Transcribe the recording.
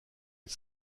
les